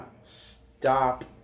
stop